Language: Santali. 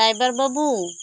ᱰᱟᱭᱵᱷᱟᱨ ᱵᱟᱹᱵᱩ